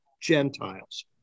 Gentiles